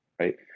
Right